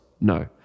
No